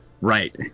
Right